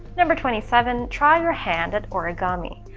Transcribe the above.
number twenty seven try your hand at origami.